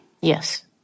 yes